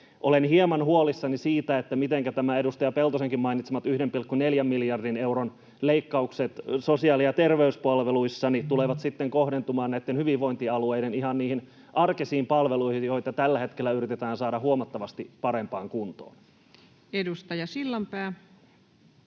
olen hieman huolissani siitä, mitenkä nämä edustaja Peltosenkin mainitsemat 1,4 miljardin euron leikkaukset sosiaali‑ ja terveyspalveluissa tulevat kohdentumaan näiden hyvinvointialueiden ihan niihin arkisiin palveluihin, joita tällä hetkellä yritetään saada huomattavasti parempaan kuntoon. Edustaja Sillanpää.